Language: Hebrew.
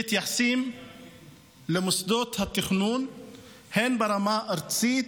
שמתייחסים למוסדות התכנון הן ברמה הארצית